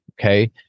okay